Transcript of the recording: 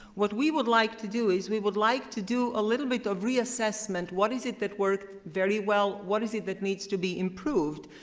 what we would like to do is we would like to do a little bit of reassessment, what is it that works very well, what is it that needs to be improved?